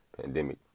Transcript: pandemic